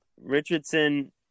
Richardson